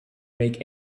make